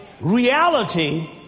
reality